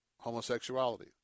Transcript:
homosexuality